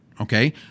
okay